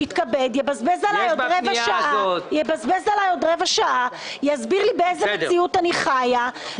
שיתכבד ויבזבז עליי עוד רבע שעה ויסביר לי באיזה מציאות אני חיה,